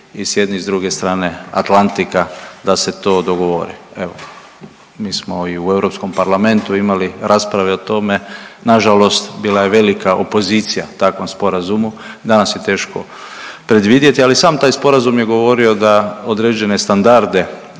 i s jedne i s druge strane Atlantika da se to dogovori. Evo mi smo i u Europskom parlamentu imali rasprave o tome, nažalost bila je velika opozicija takvom sporazumu, danas je teško je predvidjeti, ali sam taj sporazum je govorio da određene standarde